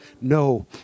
No